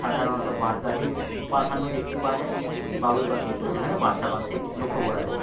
সাধারণত বাঁশ গাছেই প্রাধান্য দেখতে পাওয়া যায় বাবুই পাখির তো সেখানে বাঁসা বাঁধতে লক্ষ্য করা যায়